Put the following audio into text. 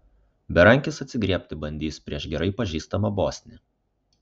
berankis atsigriebti bandys prieš gerai pažįstamą bosnį